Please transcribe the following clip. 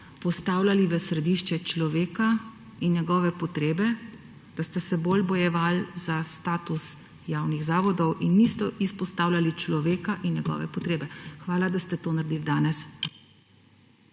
postavljali v središče človeka in njegovih potreb, da ste se bolj bojevali za status javnih zavodov in niste izpostavljali človeka in njegovih potreb. Hvala, da ste to naredil danes.